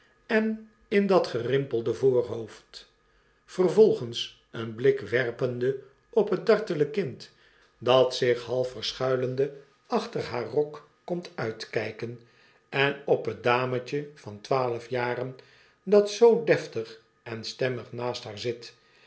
en in dat gerimpelde voorhoofd vervolgens een blik werpende op het dartele kind dat zich half verschuilende achter haar rok komt uitkijken en op het dametje van twaalf jaren dat zoo deftig en stemmig naast haar zit